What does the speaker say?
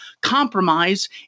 Compromise